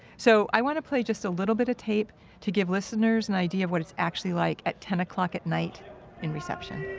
so, i wanna play just a little bit of tape to give listeners an idea of what it's actually like at ten o'clock at night in reception